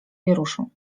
wieruszu